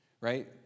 right